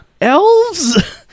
Elves